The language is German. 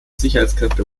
sicherheitskräfte